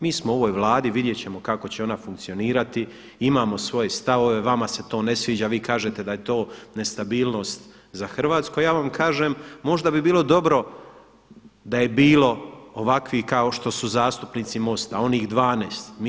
Mi smo u ovoj Vladi, vidjet ćemo kako će ona funkcionirati, imamo svoje stavove, vama se to ne sviđa, vi kažete da je to nestabilnost za Hrvatsku a ja vam kažem možda bi bilo dobro da je bilo ovakvih kao što su zastupnici Mosta onih 12.